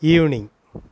evening